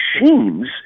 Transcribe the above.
machines